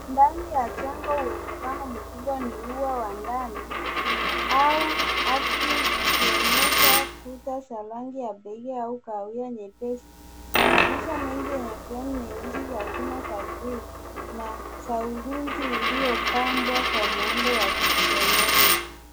Ndani ya jengo uwezekano mkubwa ni ua wa ndani au art room ikionyesha kuta za rangi ya beige au kahawia nyepesi. Kuna madirisha mengi yenye fremu nyeusi za chuma za grill na za ulinzi uliopambwa kwa muundo wa kijiometri.